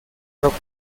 roca